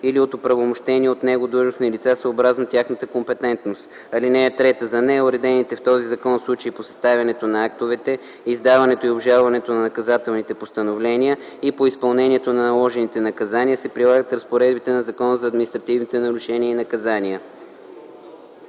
или от оправомощени от него длъжностни лица съобразно тяхната компетентност. (3) За неуредените в този закон случаи по съставянето на актовете, издаването и обжалването на наказателните постановления и по изпълнението на наложените наказания се прилагат разпоредбите на Закона за административните нарушения и наказания.”